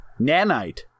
Nanite